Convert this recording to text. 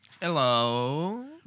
Hello